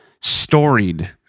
storied